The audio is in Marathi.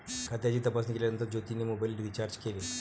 खात्याची तपासणी केल्यानंतर ज्योतीने मोबाइल रीचार्ज केले